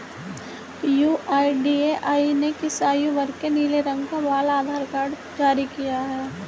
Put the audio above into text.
UIDAI ने किस आयु वर्ग के लिए नीले रंग का बाल आधार कार्ड जारी किया है?